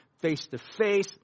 face-to-face